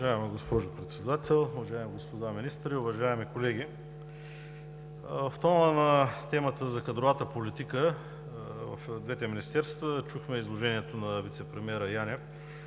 Уважаема госпожо Председател, уважаеми господа министри, уважаеми колеги! В тона на темата за кадровата политика в двете министерства чухме изложението на вицепремиера Янев